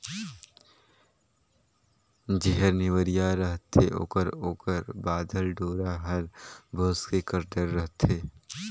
जेहर नेवरिया रहथे ओकर ओकर बाधल डोरा हर भोसके कर डर रहथे